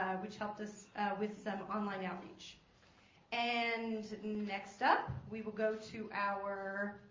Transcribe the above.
which helped us with some online outreach and next up we will go to our.